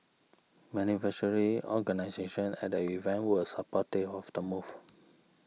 beneficiary organisations at the event were supportive of the move